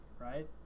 Right